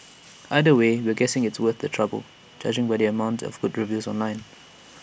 either way we're guessing it's worth the trouble judging by the amount of good reviews online